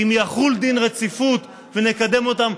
אם יחול דין רציפות ונקדם אותם.